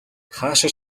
хаашаа